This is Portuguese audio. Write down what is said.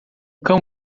cão